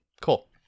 Cool